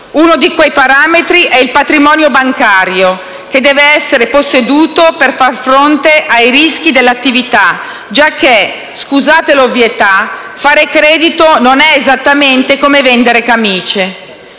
Uno di quei parametri è il patrimonio bancario, che deve essere posseduto per far fronte ai rischi dell'attività, giacché - scusate l'ovvietà - fare credito non è esattamente come vendere camice.